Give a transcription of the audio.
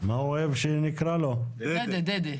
אני שמח לשמוע את הדיון,